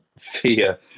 fear